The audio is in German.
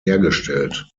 hergestellt